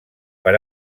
per